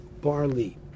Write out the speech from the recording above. barley